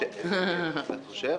אתה חושב?